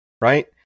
Right